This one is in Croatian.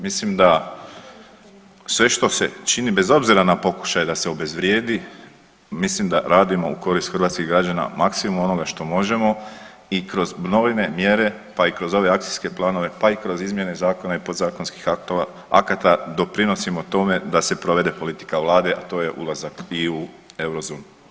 Mislim da sve što se čini bez obzira na pokušaj da se obezvrijedi, mislim da radimo i korist hrvatskih građana maksimum onoga što možemo i kroz brojne mjere, pa i kroz ove akcijske planove, pa i kroz izmjene zakona i podzakonskih akata doprinosimo tome da se provede politika Vlade, a to je ulazak i u eurozonu.